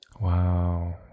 Wow